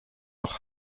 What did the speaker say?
noch